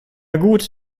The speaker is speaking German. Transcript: gut